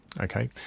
Okay